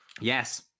yes